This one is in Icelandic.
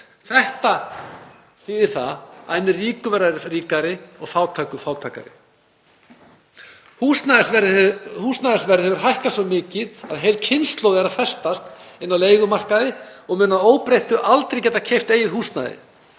Þetta þýðir það að hinir ríku verða ríkari og fátæku fátækari. Húsnæðisverð hefur hækkað svo mikið að heil kynslóð er að festast á leigumarkaði og mun að óbreyttu aldrei geta keypt eigið húsnæði.